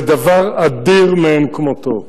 זה דבר אדיר מאין כמותו.